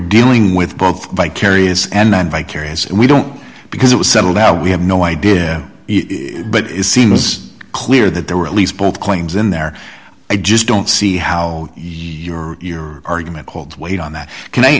dealing with both vicarious and vicarious and we don't because it was settled out we have no idea but it seems clear that there were at least both claims in there i just don't see how your argument holds weight on that can i